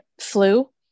flu